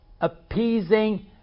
appeasing